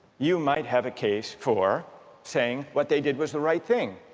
you might have a case for saying what they did was the right thing